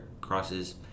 crosses